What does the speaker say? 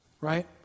right